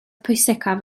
pwysicaf